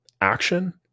action